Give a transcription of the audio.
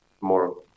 more